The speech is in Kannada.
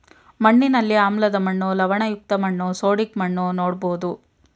ಮಣ್ಣಿನಲ್ಲಿ ಆಮ್ಲದ ಮಣ್ಣು, ಲವಣಯುಕ್ತ ಮಣ್ಣು, ಸೋಡಿಕ್ ಮಣ್ಣು ನೋಡ್ಬೋದು